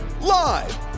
Live